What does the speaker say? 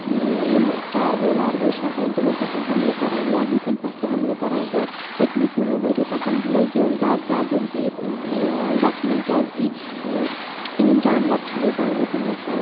یِم چاروٲے واروٲے چھِ آسان تِمَن پٮ۪ٹھ حملہٕ کَران یا لوٗکَن پٮ۪ٹھ تہِ حملہٕ کَران تہٕ پٔتمو کینٛہہ ہو ؤریو پٮ۪ٹھ لٔگۍ یِم زیادٕ زیادٕ یِم کیس اِن گَژھنہِ کیٛازِکہِ یِم جاناوار چھِوٕ گامو کٔنۍ وَسان